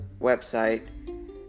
website